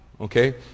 Okay